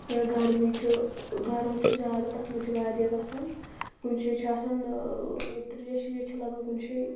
یا گَرمی چھِ گَرم چھُ زیادٕ تتھ منٛز چھُ واریاہ گژھَان کُنہِ جاے تریش ویش چھِ لگَان کُنہِ جایہِ